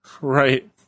Right